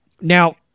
Now